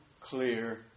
clear